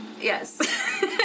Yes